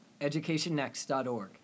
educationnext.org